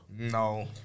No